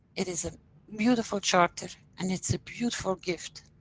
it is a beautiful charter, and it's a beautiful gift.